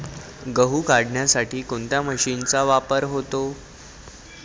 गहू काढण्यासाठी कोणत्या मशीनचा वापर होतो?